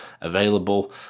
available